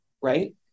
Right